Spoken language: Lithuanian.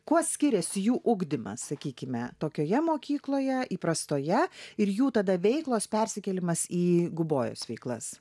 kuo skiriasi jų ugdymas sakykime tokioje mokykloje įprastoje ir jų tada veiklos persikėlimas į gubojos veiklas